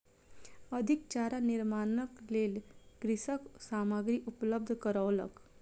अधिक चारा निर्माणक लेल कृषक सामग्री उपलब्ध करौलक